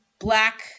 Black